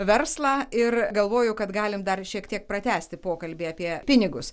verslą ir galvoju kad galim dar šiek tiek pratęsti pokalbį apie pinigus